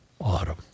autumn